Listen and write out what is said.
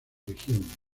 región